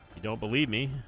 don't believe me